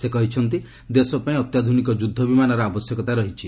ସେ କହିଛନ୍ତି ଦେଶ ପାଇଁ ଅତ୍ୟାଧୁନିକ ଯୁଦ୍ଧ ବିମାନର ଆବଶ୍ୟକତା ରହିଛି